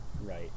Right